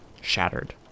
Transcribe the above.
shattered